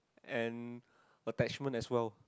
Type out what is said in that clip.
and attachment as well